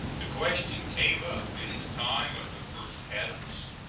the question came up in the time of the first adams,